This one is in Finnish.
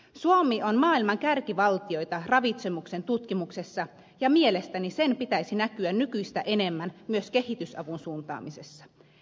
suomi on maailman kärkivaltioita ravitsemuksen tutkimuksessa ja mielestäni sen pitäisi näkyä nykyistä enemmän myös kehitysavun suuntaamisessa